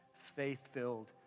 faith-filled